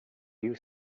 you